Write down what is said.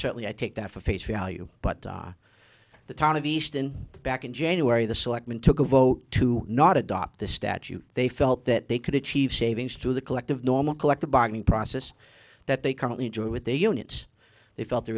certainly i take that for face value but i the town of easton back in january the selectmen took a vote to not adopt the statute they felt that they could achieve savings through the collective normal collective bargaining process that they currently enjoy with their units they felt the